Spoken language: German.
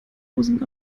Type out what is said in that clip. hosen